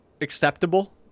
acceptable